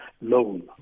loan